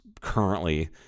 currently